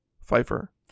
Pfeiffer